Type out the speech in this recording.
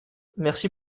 merci